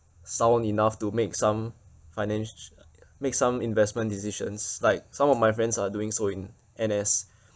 sound enough to make some financ~ make some investment decisions like some of my friends are doing so in N_S